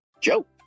Joe